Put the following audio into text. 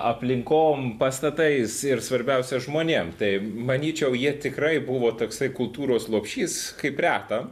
aplinkom pastatais ir svarbiausia žmonėm tai manyčiau jie tikrai buvo toksai kultūros lopšys kaip reta